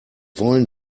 wollen